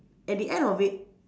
at the end of it